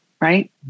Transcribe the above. Right